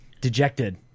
dejected